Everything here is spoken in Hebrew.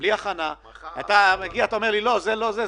יש לי את עמדתי האישית, אבל זה לא הנושא.